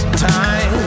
time